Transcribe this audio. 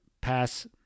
pass